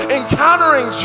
encountering